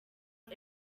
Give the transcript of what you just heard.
but